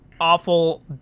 awful